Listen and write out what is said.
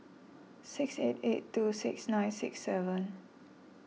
six eight eight two six nine six seven